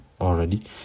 already